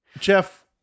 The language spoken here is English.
Jeff